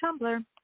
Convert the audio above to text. Tumblr